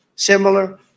Similar